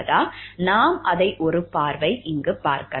நாம் அதை ஒரு பார்வை பார்க்கலாம்